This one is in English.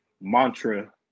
Mantra